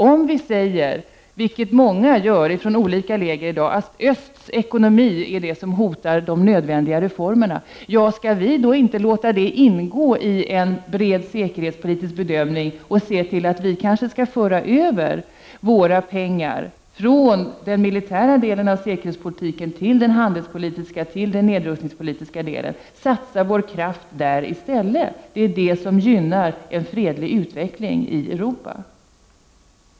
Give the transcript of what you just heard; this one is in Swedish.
Om man säger, vilket många gör i dag från olika håll, att östs ekonomi är det som hotar de nödvändiga reformerna, skall vi då inte låta detta ingå i en bred säkerhetspolitisk bedömning och konstatera att vi kanske skall föra över våra pengar från den militära delen av säkerhetspolitiken till den handelspolitiska och den nedrustningspolitiska och satsa vår kraft där i stället? Det är ju det som gynnar en fredlig utveckling i Östeuropa.